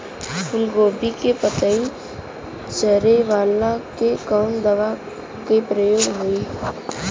फूलगोभी के पतई चारे वाला पे कवन दवा के प्रयोग होई?